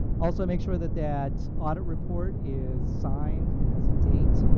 also, make sure that that audit report is signed, it has a date,